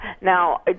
Now